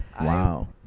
wow